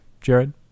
Jared